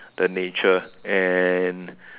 the nature and